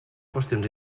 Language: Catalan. qüestions